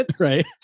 Right